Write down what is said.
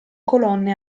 colonne